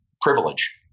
privilege